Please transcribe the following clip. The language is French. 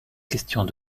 questions